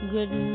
Good